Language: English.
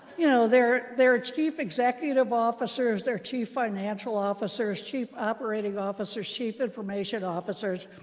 you know there there are chief executive officers. there are chief financial officers, chief operating officers, chief information officers.